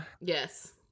Yes